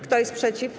Kto jest przeciw?